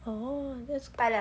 oh that's~